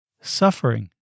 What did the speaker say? suffering